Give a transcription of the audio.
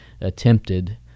attempted